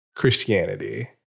Christianity